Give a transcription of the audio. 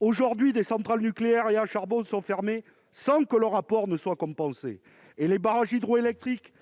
Aujourd'hui, des centrales nucléaires et à charbon sont fermées sans que leur apport soit compensé, et les barrages hydroélectriques-